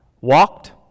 Walked